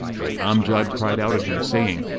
but amjad cried out at him, saying,